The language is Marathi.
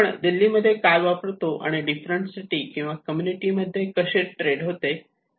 आपण दिल्लीमध्ये काय वापरतो आणि डिफरंट सिटी किंवा कम्युनिटी मध्ये कसे ट्रेड होते